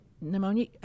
pneumonia